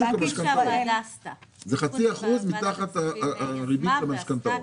זה 0.5% מתחת הריבית למשכנתאות.